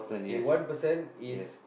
K one person is